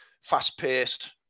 fast-paced